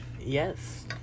yes